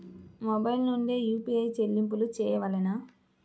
Mobile నుండే UPI చెల్లింపులు చేయవలెనా?